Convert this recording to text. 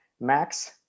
Max